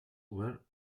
were